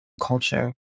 Culture